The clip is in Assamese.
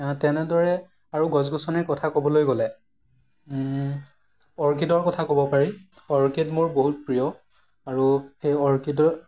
তেনেদৰে আৰু গছ গছনিৰ কথা ক'বলৈ গ'লে অৰ্কিডৰ কথা ক'ব পাৰি অৰ্কিড মোৰ বহুত প্ৰিয় আৰু সেই অৰ্কিডৰ